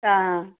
ആ